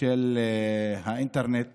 של האינטרנט